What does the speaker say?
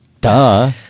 Duh